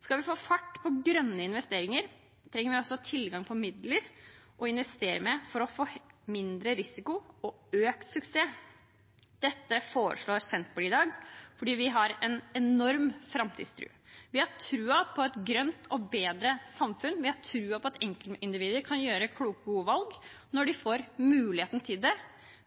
Skal vi få fart på grønne investeringer, trenger vi altså tilgang på midler til å investere med for å få mindre risiko og økt suksess. Dette foreslår Senterpartiet i dag fordi vi har en enorm framtidstro. Vi har troen på et grønt og bedre samfunn. Vi har troen på at enkeltindivider kan gjøre kloke og gode valg når de får muligheten til det.